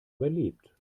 überlebt